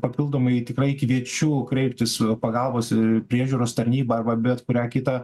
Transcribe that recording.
papildomai tikrai kviečiu kreiptis pagalbos į priežiūros tarnybą arba bet kurią kitą